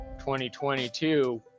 2022